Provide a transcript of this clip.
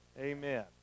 Amen